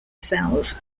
cells